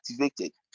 activated